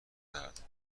دهد